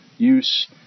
use